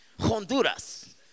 Honduras